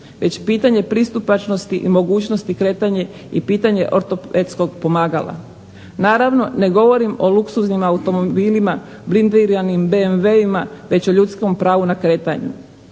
već pitanje pristupačnosti i mogućnosti kretanja i pitanje ortopedskog pomagala. Naravno, ne govorim o luksuznim automobilima, blindiranim BMW-ima već o ljudskom pravu na kretanje.